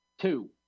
two